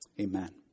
Amen